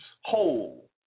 whole